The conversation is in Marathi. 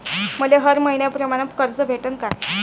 मले हर मईन्याप्रमाणं कर्ज भेटन का?